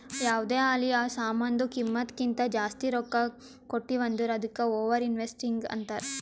ಯಾವ್ದೇ ಆಲಿ ಆ ಸಾಮಾನ್ದು ಕಿಮ್ಮತ್ ಕಿಂತಾ ಜಾಸ್ತಿ ರೊಕ್ಕಾ ಕೊಟ್ಟಿವ್ ಅಂದುರ್ ಅದ್ದುಕ ಓವರ್ ಇನ್ವೆಸ್ಟಿಂಗ್ ಅಂತಾರ್